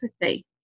empathy